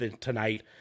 tonight